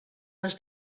les